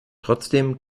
trotzdem